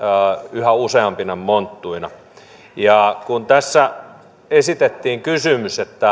yhä useampina monttuina kun tässä esitettiin kysymys